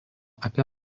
apie